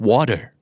Water